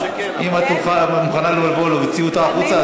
אם את מוכנה לבוא להוציא אותה החוצה,